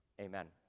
Amen